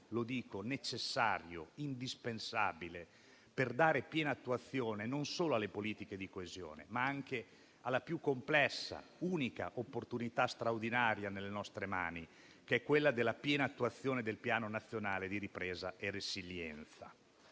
necessario e indispensabile per dare piena attuazione non solo alle politiche di coesione, ma anche alla più complessa, unica e straordinaria opportunità nelle nostre mani, quella della piena attuazione del Piano nazionale di ripresa e resilienza.